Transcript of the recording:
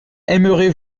aimerez